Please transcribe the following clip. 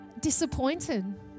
disappointed